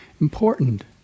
important